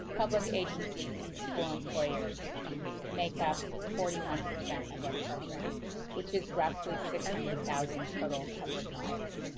public agencies and school employers make up forty one percent of our program which is roughly six hundred thousand total covered lives.